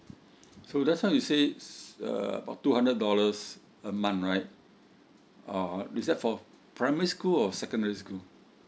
so just now you says uh about two hundred dollars a month right uh is that for primary school or secondary school